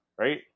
right